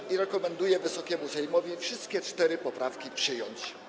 Komisja rekomenduje Wysokiemu Sejmowi wszystkie cztery poprawki przyjąć.